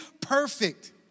perfect